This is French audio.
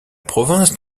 province